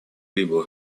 либо